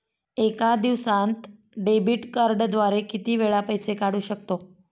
एका दिवसांत डेबिट कार्डद्वारे किती वेळा पैसे काढू शकतो?